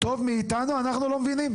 טוב מאתנו, אנחנו לא מבינים?